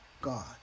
God